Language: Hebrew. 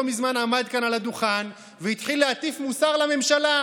לא מזמן הוא עמד כאן על הדוכן והתחיל להטיף מוסר לממשלה: